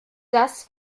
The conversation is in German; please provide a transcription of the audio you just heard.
das